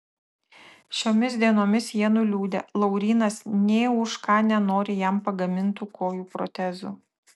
šiomis dienomis jie nuliūdę laurynas nė už ką nenori jam pagamintų kojų protezų